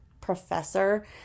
professor